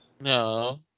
No